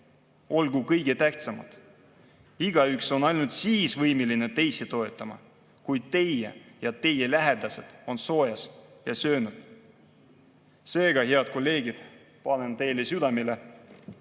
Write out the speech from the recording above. olgu kõige tähtsamad. Igaüks on ainult siis võimeline teisi toetama, kui tema ja tema lähedased on soojas ja söönud. Seega, head kolleegid, panen teile südamele,